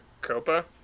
Copa